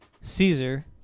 Caesar